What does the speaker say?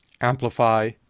amplify